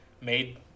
made